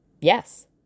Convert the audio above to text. Yes